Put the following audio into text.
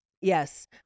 Yes